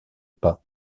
pas